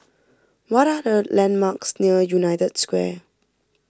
what are the landmarks near United Square